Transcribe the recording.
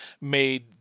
made